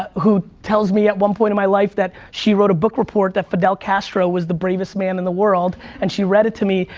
who tells me at one point in my life that she wrote a book report that fidel casto was the bravest man in the world, and she read it to me,